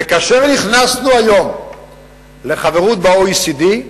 וכאשר נכנסנו היום לחברות ב-OECD,